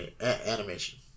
animation